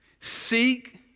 Seek